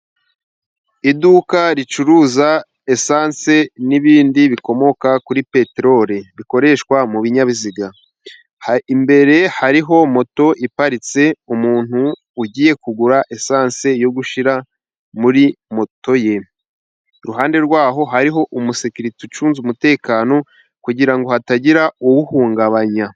Iduka ricuruza esanse n'ibindi bikomoka kuri peteroli, bikoreshwa mu binyabiziga. Imbere hariho moto iparitse, umuntu ugiye kugura esanse yo gushira muri moto. Iruhande rwaho hariho umusekirite ucunze umutekano, kugira ngo hatagira uwuhungabanya.